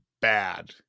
bad